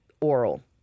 oral